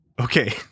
okay